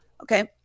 okay